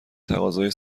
تقاضای